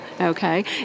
okay